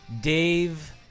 Dave